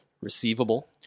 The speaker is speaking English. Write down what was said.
receivable